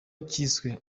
cyiswe